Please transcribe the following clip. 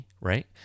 right